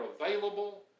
available